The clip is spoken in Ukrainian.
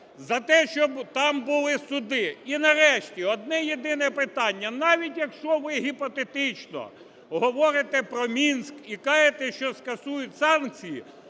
за те, щоб там були суди. І, нарешті, одне-єдине питання. Навіть якщо ви гіпотетично говорите про Мінськ і кажете, що скасують санкції,